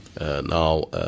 now